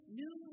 new